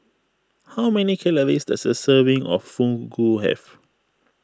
how many calories does a serving of Fugu have